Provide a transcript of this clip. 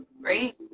right